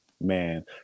man